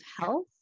health